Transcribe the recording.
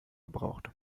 gebraucht